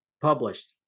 published